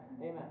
amen